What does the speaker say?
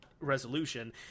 resolution